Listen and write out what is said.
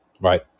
right